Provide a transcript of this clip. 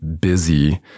busy